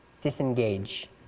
disengage